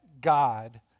God